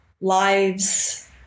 lives